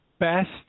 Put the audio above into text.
best